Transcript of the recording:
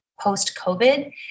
post-COVID